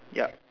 yup